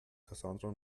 cassandra